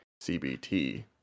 cbt